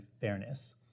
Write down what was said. fairness